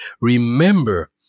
remember